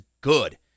good